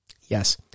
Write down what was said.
Yes